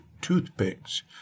toothpicks